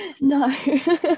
No